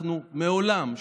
אנחנו מעולם,